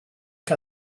que